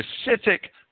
specific